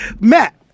Matt